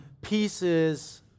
pieces